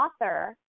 author